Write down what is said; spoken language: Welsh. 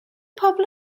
pobl